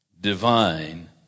divine